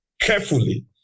carefully